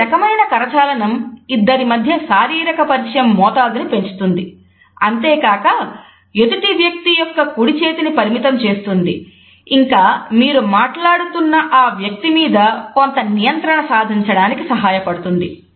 ఈ రకమైన కరచాలనం ఇద్దరి మధ్య శారీరక పరిచయం మోతాదుని పెంచుతుంది అంతేకాక ఎదుటి వ్యక్తి యొక్క కుడి చేతిని పరిమితం చేస్తుంది ఇంకా మీరు మాట్లాడుతున్న ఆ వ్యక్తి మీద కొంత నియంత్రణ సాధించడానికి సహాయపడుతుంది